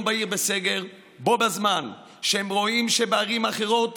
בהיר בסגר בזמן שהם רואים שבערים האחרות,